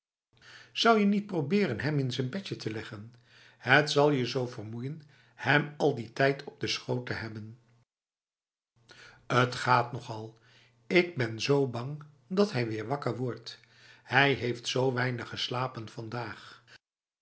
zou je niet proberen hem in z'n bedje te leggen het zal je zo vermoeien hem al die tijd op de schoot te hebben t gaat nogal ik ben zo bang dat hij weer wakker wordt hij heeft zo weinig geslapen vandaag